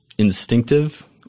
Instinctive